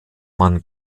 man